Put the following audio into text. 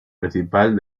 principal